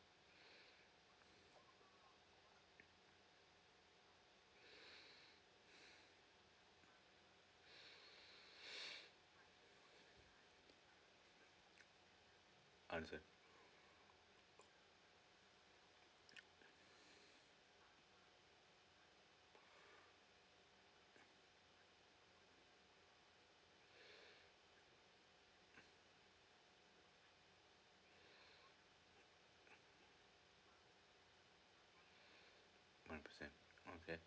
understand one percent okay